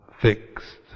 fixed